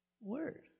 Word